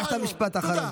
ביקשת משפט אחרון.